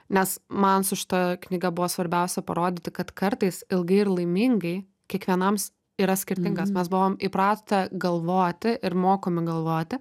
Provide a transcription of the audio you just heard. nes man su šita knyga buvo svarbiausia parodyti kad kartais ilgai ir laimingai kiekvienam yra skirtingas mes buvom įpratę galvoti ir mokomi galvoti